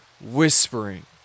whispering